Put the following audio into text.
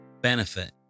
Benefit